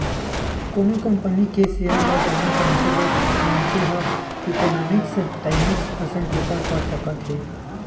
कोनो कंपनी के सेयर ल जाने समझे बर मनखे ह इकोनॉमिकस टाइमस असन पेपर पड़ सकत हे